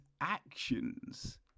actions